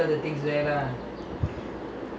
first thing you must go india first